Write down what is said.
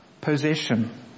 possession